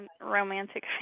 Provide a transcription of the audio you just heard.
romantic